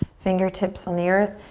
fingertips on the earth.